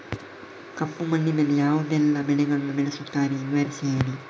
ಕಪ್ಪು ಮಣ್ಣಿನಲ್ಲಿ ಯಾವುದೆಲ್ಲ ಬೆಳೆಗಳನ್ನು ಬೆಳೆಸುತ್ತಾರೆ ವಿವರಿಸಿ ಹೇಳಿ